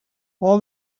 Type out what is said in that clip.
all